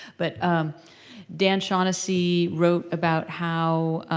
but dan shaughnessy wrote about how